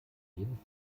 jeden